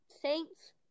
Saints